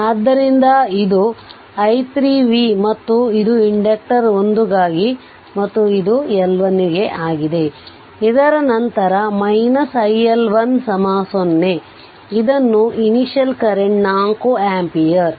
ಆದ್ದರಿಂದ ಇದು i 3 v ಮತ್ತು ಇದು ಇಂಡಕ್ಟರ್ 1 ಗಾಗಿ ಮತ್ತು ಇದು L1 ಆಗಿದೆ ಇದರ ನಂತರ iL1 0 ಇದನ್ನು ಇನಿಷಿಯಲ್ ಕರೆಂಟ್ 4 ampere